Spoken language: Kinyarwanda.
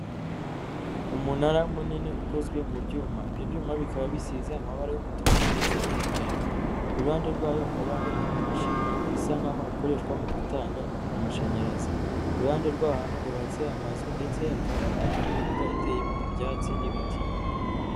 Umunara munini ukozwe mu byuma. Ibyo byuma bikaba bisize amabara y'umutuku ndetse n'umweru. Iruhande rwayo hakaba hari amamashini bisa nk' aho akoreshwa mu gutanga amashanyarazi. Iruhande rw'aho hantu hubatse amazu ndetse hakaba hari n'imbuga iteyemo ibyatsi n'ibiti.